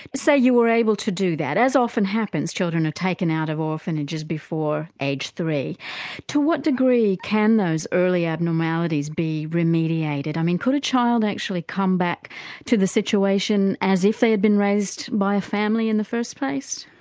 say you were able to do that as often happens children are taken out of orphanages before age three to what degree can those early abnormalities be remediated? i mean could a child actually come back to the situation as if they had been raised by a family in the first place?